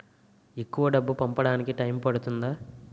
ఎక్కువ డబ్బు పంపడానికి టైం పడుతుందా?